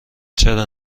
چرا